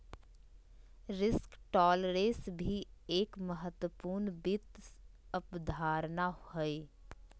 risk tolerance भी एक महत्वपूर्ण वित्त अवधारणा हय